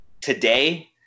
today